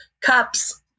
cups